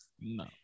No